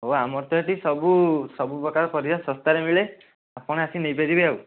ହେଉ ଆମର ତ ଏଇଠି ସବୁ ସବୁପ୍ରକାର ପରିବା ଶସ୍ତାରେ ମିଳେ ଆପଣ ଆସି ନେଇପାରିବେ ଆଉ